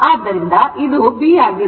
ಆದ್ದರಿಂದ ಇದು B ಆಗಿರುತ್ತದೆ